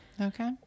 Okay